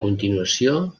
continuació